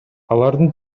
алардын